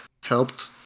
helped